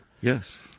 Yes